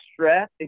Stress